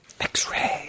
X-ray